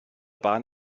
bahn